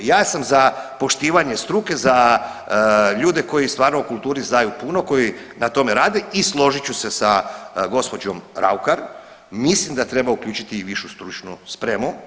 Ja sam za poštivanje struke, za ljude koji stvarno o kulturi znaju puno, koji na tome rade i složit ću se sa gospođom Raukar mislim da treba uključiti i višu stručnu spremu.